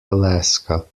alaska